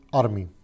army